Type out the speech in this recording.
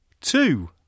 Two